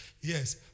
Yes